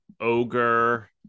ogre